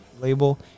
Label